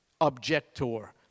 objector